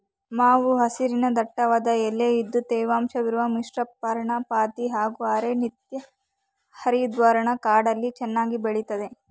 ಮಾವು ಹಸಿರಿನ ದಟ್ಟವಾದ ಎಲೆ ಇದ್ದು ತೇವಾಂಶವಿರುವ ಮಿಶ್ರಪರ್ಣಪಾತಿ ಹಾಗೂ ಅರೆ ನಿತ್ಯಹರಿದ್ವರ್ಣ ಕಾಡಲ್ಲಿ ಚೆನ್ನಾಗಿ ಬೆಳಿತದೆ